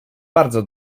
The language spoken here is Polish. bardzo